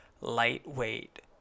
lightweight